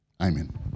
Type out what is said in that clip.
Amen